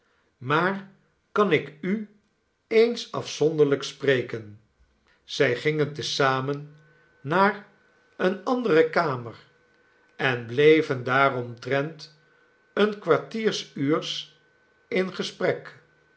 maar kan ik u eens afzonderlijk spreken zij gingen te zamen naar eene andere kamer en bleven daar omtrent een kwartieruurs in gesprek